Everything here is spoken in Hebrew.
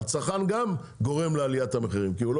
הצרכן גם גורם לעליית המחירים כי הוא לא